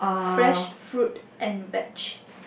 fresh fruit and veg